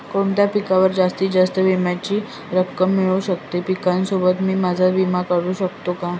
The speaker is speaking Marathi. कोणत्या पिकावर जास्तीत जास्त विम्याची रक्कम मिळू शकते? पिकासोबत मी माझा विमा काढू शकतो का?